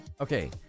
Okay